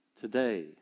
today